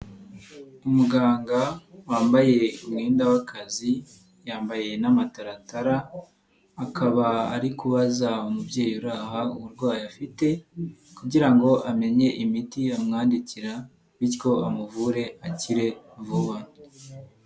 Umuganga wambaye umwenda w'akazi, yambaye n'amataratara, akaba ari kubaza umubyeyi uburwayi afite kugira ngo amenye imiti yamwandikira bityo amuvure akire vuba.